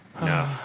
No